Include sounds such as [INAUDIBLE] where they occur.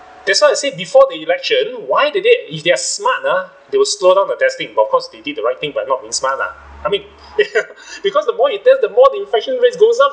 that's why I said before the election why did they if they're smart ah they will slow down the testing but of course they did the right thing but not being smart lah I mean [LAUGHS] because the more you test the more the infection rates goes up